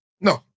No